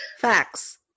facts